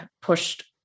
pushed